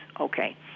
Okay